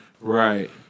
Right